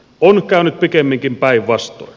on käynyt pikemminkin päinvastoin